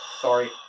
Sorry